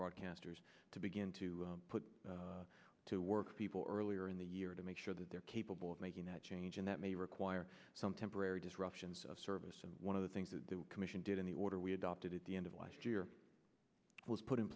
broadcasters to begin to put to work people earlier in the year to make sure that they're capable of making that change and that may require some temporary disruptions of service and one of the things that the commission did in the order we adopted at the end of last year was put in